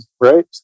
right